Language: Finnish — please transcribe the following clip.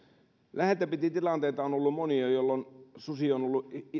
läheltä piti tilanteita jolloin susi on on ollut